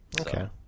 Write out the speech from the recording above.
okay